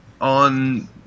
on